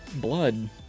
blood